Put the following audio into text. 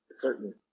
certain